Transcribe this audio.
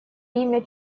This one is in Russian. имя